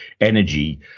energy